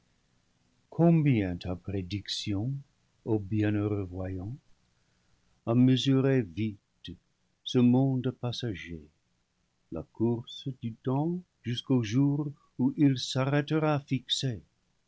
combien ta prédiction ô bienheureux voyant a mesuré vile ce monde passager la course du temps jusqu'au jour où il s'arrêtera fixé